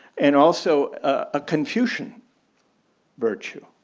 and also a confucian virtue.